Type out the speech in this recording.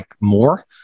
more